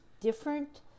different